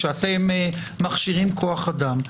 כשאתם מכשירים כוח אדם,